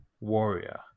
Warrior